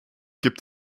gibt